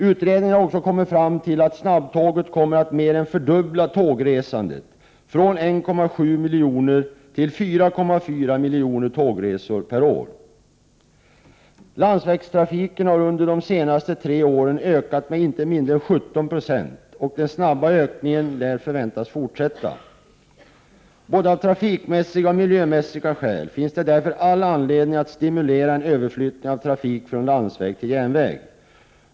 Utredningen har också kommit fram till att snabbtåget kommer att mer än fördubbla tågresandet— det kommer att öka från 1,7 miljoner till 4,4 miljoner tågresor per år. Landsvägstrafiken har under de senaste tre åren ökat med inte mindre än 17 90, och den snabba ökningen förväntas fortsätta. Både av trafikmässiga och miljömässiga skäl finns det därför all anledning att stimulera en överflyttning av trafik från landsväg till järnväg.